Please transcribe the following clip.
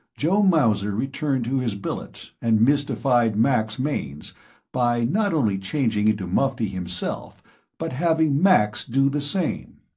joe mauser returned to his billet and mystified max mainz by not only changing into mufti himself but having max do the same.